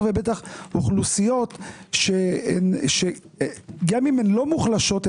ובטח אוכלוסיות שגם אם אינן מוחלשות,